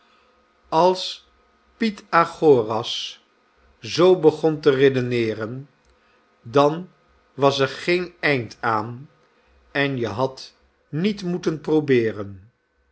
als piet agoras zoo begon te redeneeren dan was er geen eind aan en je hadt niet moeten probeeren